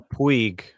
Puig